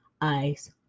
Ice